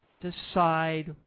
decide